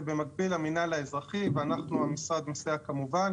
ובמקביל המנהל האזרחי ואנחנו במשרד נסייע כמובן